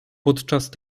podczas